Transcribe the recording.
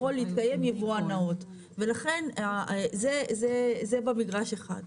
להתקיים יבואן נאות ולכן זה במגרש אחד,